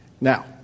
Now